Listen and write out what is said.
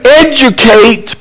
educate